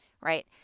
right